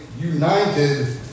united